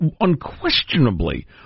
unquestionably